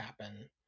happen